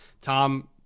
Tom